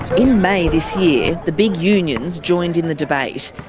in may this year the big unions joined in the debate.